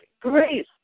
grace